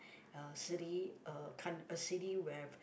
a city a kind a city where